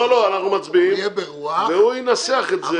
אנחנו מצביעים והוא ינסח את זה.